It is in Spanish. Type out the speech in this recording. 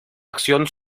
acción